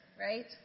right